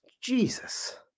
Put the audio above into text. Jesus